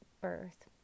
birth